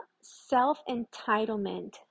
self-entitlement